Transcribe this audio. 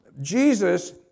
Jesus